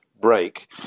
break